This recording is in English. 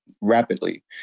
rapidly